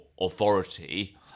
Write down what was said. authority